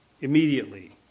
immediately